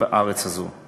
בארץ הזאת.